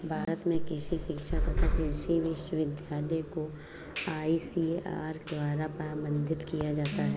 भारत में कृषि शिक्षा तथा कृषि विश्वविद्यालय को आईसीएआर द्वारा प्रबंधित किया जाता है